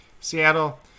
Seattle